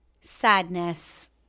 sadness